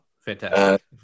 fantastic